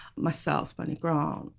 myself, bernie grant,